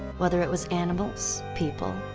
whether it was animals, people,